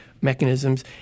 mechanisms